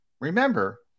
remember